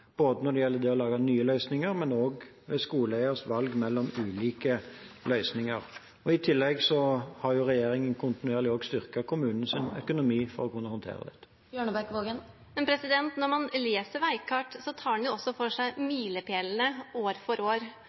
når det gjelder å lage nye løsninger, men også skoleeiers valg mellom ulike løsninger. I tillegg har regjeringen kontinuerlig styrket kommunenes økonomi for å kunne håndtere dette. Når man leser Veikart, tar den også for seg milepælene år for år.